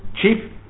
Cheap